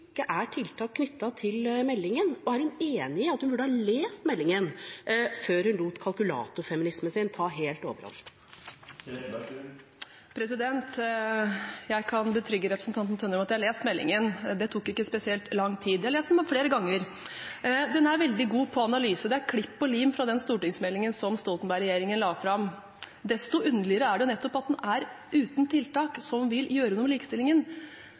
ikke er tiltak knyttet til meldingen, og er hun enig i at hun burde ha lest meldingen før hun lot kalkulatorfeminismen sin ta helt overhånd? Jeg kan betrygge representanten Tønder med at jeg har lest meldingen. Det tok ikke spesielt lang tid. Jeg har lest den flere ganger. Den er veldig god på analyse, det er klipp og lim fra den stortingsmeldingen som Stoltenberg-regjeringen la fram. Desto underligere er det nettopp at den er uten tiltak som vil